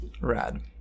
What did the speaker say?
Rad